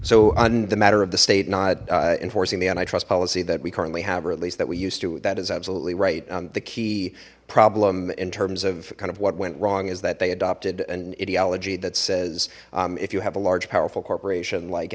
so on the matter of the state not enforcing the antitrust policy that we currently have or at least that we used to that is absolutely right the key problem in terms of kind of what went wrong is that they adopted an ideology that says if you have a large powerful corporation like